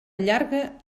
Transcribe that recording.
llarga